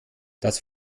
das